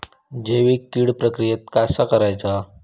जैविक कीड प्रक्रियेक कसा करायचा?